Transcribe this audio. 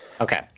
Okay